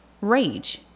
rage